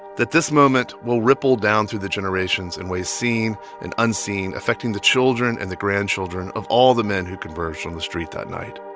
that this moment will ripple down through the generations in ways seen and unseen, affecting the children and the grandchildren of all the men who converged on the street that night